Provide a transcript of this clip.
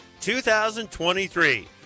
2023